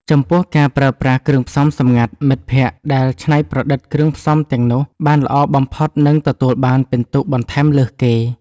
ចំពោះការប្រើប្រាស់ គ្រឿងផ្សំសម្ងាត់ មិត្តភក្តិដែលច្នៃប្រឌិតគ្រឿងផ្សំទាំងនោះបានល្អបំផុតនឹងទទួលបានពិន្ទុបន្ថែមលើសគេ។